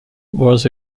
was